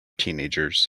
teenagers